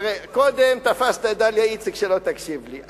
תראה, קודם תפסת את דליה איציק שלא תקשיב לי.